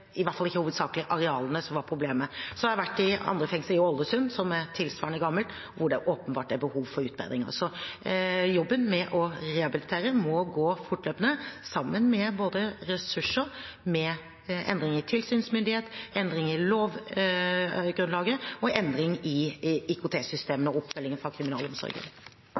i hvert fall ikke hovedsakelig arealene som var problemet. Så har jeg vært i andre fengsler, i Ålesund, som var tilsvarende gammelt, hvor det åpenbart er behov for utbedringer. Jobben med å rehabilitere må gå fortløpende, sammen med både ressurser, endringer i tilsynsmyndighet, endringer i lovgrunnlaget, endringer i IKT-systemet og oppfølgingen fra kriminalomsorgen.